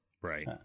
Right